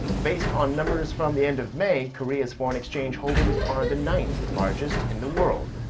based on numbers from the end of may, korea's foreign exchange holdings are the ninth largest in the world.